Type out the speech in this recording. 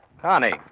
Connie